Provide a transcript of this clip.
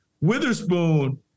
Witherspoon